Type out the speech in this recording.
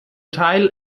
teil